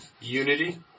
Unity